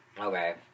Okay